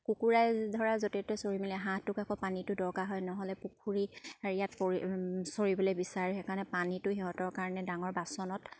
কুকুৰাই ধৰা য'তে ত'তে চৰি মেলি হাঁহটো আকৌ পানীটো দৰকাৰ হয় নহ'লে পুখুৰী হেৰিয়াত পৰি চৰিবলে বিচাৰে সেইকাৰণে পানীটো সিহঁতৰ কাৰণে ডাঙৰ বাচনত